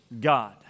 God